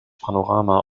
panorama